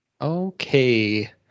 Okay